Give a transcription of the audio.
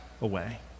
away